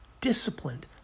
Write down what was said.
disciplined